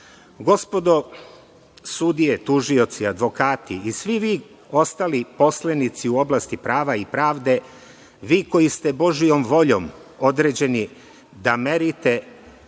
prava. Gospodo sudije, tužioci, advokati i svi vi ostali poslenici u oblasti prava i pravde, vi koji ste božijom voljom određeni da merite vinost